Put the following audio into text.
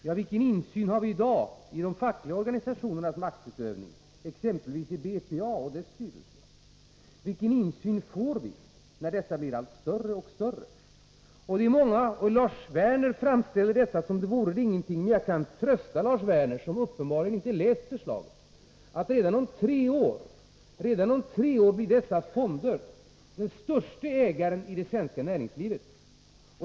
Ja, vilken insyn har vi i dag i de fackliga organisationernas maktutövning, exempelvis beträffande BPA och dess styrelse? Vilken insyn får vi när dessa organisationer blir större och större? Lars Werner framställde detta som om det inte vore någonting. Jag kan trösta Lars Werner, som uppenbarligen inte läst förslaget, att dessa fonder redan om tre år blir den största ägaren i det svenska näringslivet.